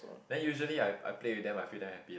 then usually I I play with them I feel damn happy lah